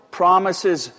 promises